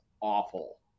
awful